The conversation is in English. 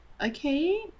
okay